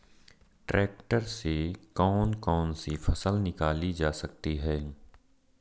Tractor से कौन कौनसी फसल निकाली जा सकती हैं?